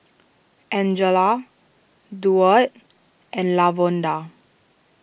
Angela Duard and Lavonda